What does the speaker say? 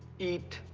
eat.